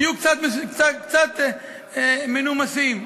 תהיו קצת מנומסים.